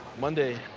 monday.